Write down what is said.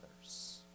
others